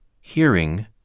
hearing